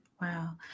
Wow